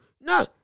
No